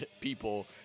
people